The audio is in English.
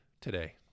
today